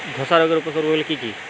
ধসা রোগের উপসর্গগুলি কি কি?